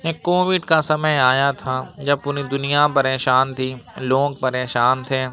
ایک کووڈ کا سمے آیا تھا جب پوری دنیا پریشان تھی لوگ پریشان تھے